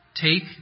take